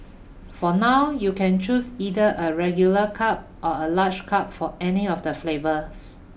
for now you can choose either a regular cup or a large cup for any of the flavours